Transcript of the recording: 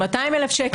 200,000 שקל?